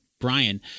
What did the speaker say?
Brian